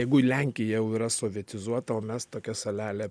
jeigu į lenkiją jau yra sovietizuota o mes tokia salelė